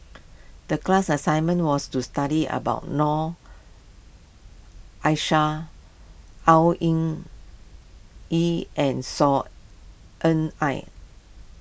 the class assignment was to study about Noor Aishah Au Hing Yee and Saw Ean Ang